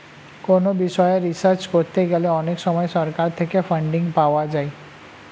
কোনো বিষয়ে রিসার্চ করতে গেলে অনেক সময় সরকার থেকে ফান্ডিং পাওয়া যায়